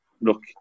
look